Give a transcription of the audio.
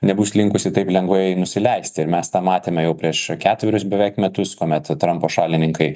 nebus linkusi taip lengvai nusileisti ir mes tą matėme jau prieš ketverius beveik metus kuomet trampo šalininkai